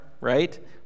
right